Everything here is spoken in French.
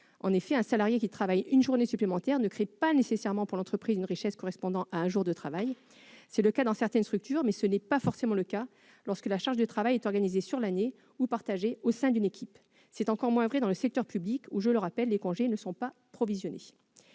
En effet, un salarié qui travaille une journée supplémentaire ne crée pas nécessairement pour l'entreprise une richesse correspondant à un jour de travail. Il en va bien ainsi dans certaines structures, mais ce n'est pas forcément le cas lorsque la charge de travail est organisée sur l'année ou partagée au sein d'une équipe. C'est encore moins vrai dans le secteur public où, je le rappelle, les congés ne sont pas provisionnés.